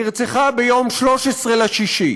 נרצחה ביום 13 ביוני,